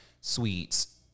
sweets